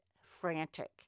frantic